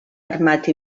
armat